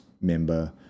member